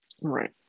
Right